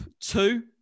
two